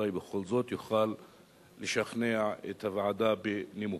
אולי בכל זאת יוכל לשכנע את הוועדה בנימוקיו.